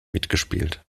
mitgespielt